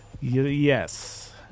Yes